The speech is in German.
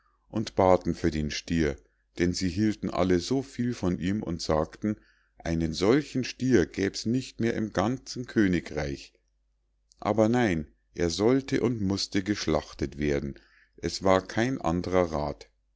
und baten für den stier denn sie hielten alle so viel von ihm und sagten einen solchen stier gäb's nicht mehr im ganzen königreich aber nein er sollte und mußte geschlachtet werden es war kein andrer rath